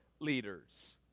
leaders